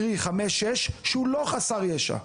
קרי 6-5, והוא לא חסר ישע?